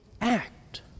act